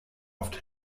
oft